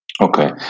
Okay